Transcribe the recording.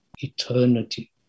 eternity